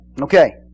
Okay